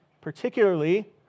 particularly